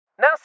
Now